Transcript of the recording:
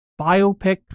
biopic